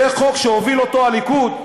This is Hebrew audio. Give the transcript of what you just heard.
זה חוק שהוביל הליכוד,